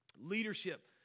leadership